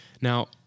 Now